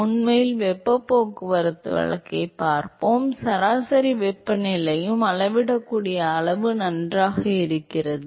உண்மையில் வெப்பப் போக்குவரத்து வழக்கைப் பார்ப்போம் சராசரி வெப்பநிலையும் அளவிடக்கூடிய அளவு நன்றாக இருக்கிறது